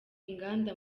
inganda